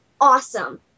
awesome